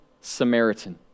Samaritan